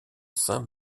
saint